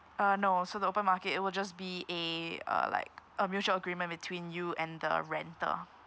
uh no so the open market it will just be a uh like a mutual agreement between you and the renter